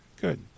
Good